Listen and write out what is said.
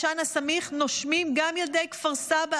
את העשן הסמיך נושמים גם ילדי כפר סבא,